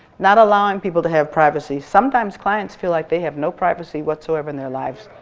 not allowing people to have privacy. sometimes clients feel like they have no privacy whatsoever in their lives,